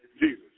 Jesus